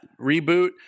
reboot